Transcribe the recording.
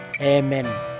Amen